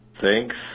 thanks